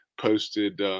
posted